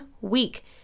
week